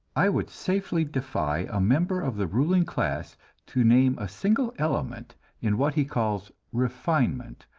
i would safely defy a member of the ruling class to name a single element in what he calls refinement,